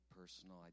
personal